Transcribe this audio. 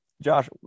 Josh